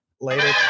Later